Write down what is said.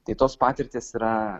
tai tos patirtys yra